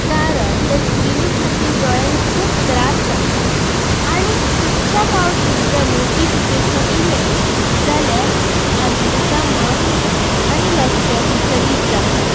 कारण ते स्क्रिनी खातीर दोळ्यांक खूब त्रास जाता आनी खुबश्या फावटी जर नोटिफिकेशन इलें जाल्यार आमचा मन आनी लक्ष विचलीत जाता